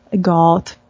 God